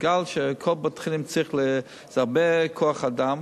מכיוון שבכל בית-חולים זה הרבה כוח-אדם,